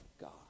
God